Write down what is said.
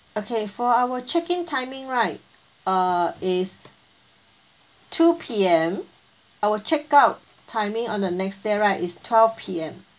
okay for our check in timing right err it is two P_M our check out timing on the next day right is twelve P_M